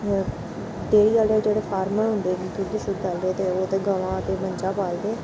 dairy आह्ले जेह्ड़े farmer होंदे दुद्ध शुद्ध आह्ले ते ओह् ते गमां ते मंजां पालदे